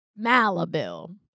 Malibu